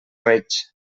reig